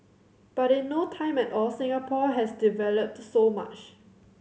but in no time at all Singapore has developed so much